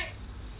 is it you